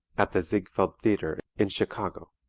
at the ziegfeld theatre in chicago.